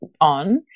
on